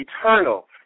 eternal